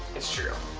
it's true.